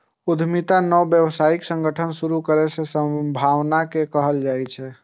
उद्यमिता नव व्यावसायिक संगठन शुरू करै के भावना कें कहल जाइ छै